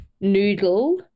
Noodle